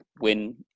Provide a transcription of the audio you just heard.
win